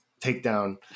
takedown